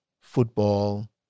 football